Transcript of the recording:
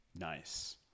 Nice